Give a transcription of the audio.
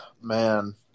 Man